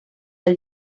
del